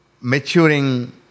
maturing